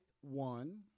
one